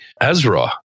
Ezra